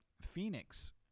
Phoenix